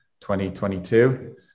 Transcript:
2022